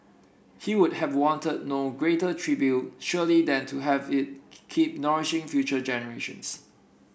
he would have wanted no greater tribute surely than to have it keep nourishing future generations